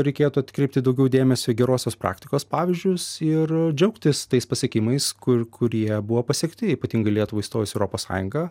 reikėtų atkreipti daugiau dėmesio gerosios praktikos pavyzdžius ir džiaugtis tais pasiekimais kur kurie buvo pasiekti ypatingai lietuvai įstojus į europos sąjungą